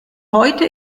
heute